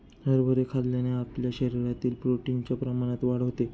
हरभरे खाल्ल्याने आपल्या शरीरातील प्रोटीन च्या प्रमाणात वाढ होते